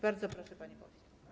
Bardzo proszę, panie pośle.